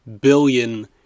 billion